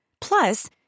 Plus